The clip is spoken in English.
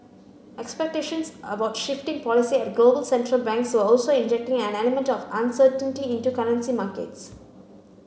expectations about shifting policy at global central banks were also injecting an element of uncertainty into currency markets